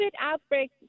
outbreak